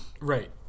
Right